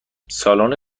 سالن